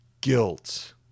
guilt